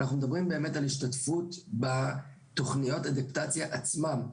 אנחנו מדברים על השתתפות בתוכניות אדפטציה עצמן.